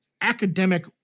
academic